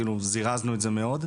זירזנו את זה מאוד.